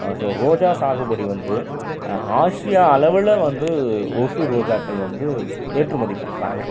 so ரோஜா சாகுபடி வந்து ஆசியா அளவில் வந்து ஓசூர் ரோஜாக்கள் வந்து ஏற்றுமதி பண்ணுறாங்க